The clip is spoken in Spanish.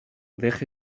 deje